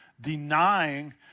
denying